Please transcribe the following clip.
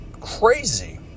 crazy